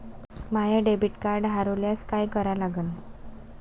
माय debit card हरोल्यास काय करा लागन?